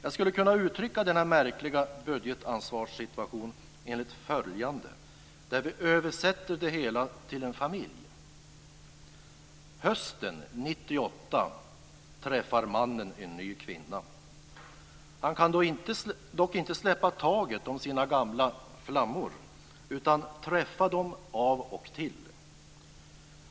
Jag skulle kunna uttrycka denna märkliga budgetansvarssituation enligt följande, där vi översätter det hela till en familj: Hösten 1998 träffar mannen en ny kvinna. Han kan dock inte släppa taget om sina gamla "flammor" utan träffar dem av och till.